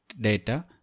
data